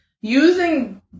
using